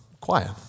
quiet